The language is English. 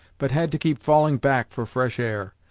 but had to keep falling back for fresh air.